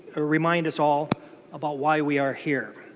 ah remind us all about why we are here.